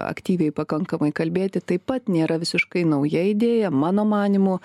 aktyviai pakankamai kalbėti taip pat nėra visiškai nauja idėja mano manymu